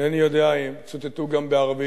אינני יודע אם הם צוטטו גם בערבית.